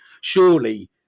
Surely